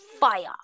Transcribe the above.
fire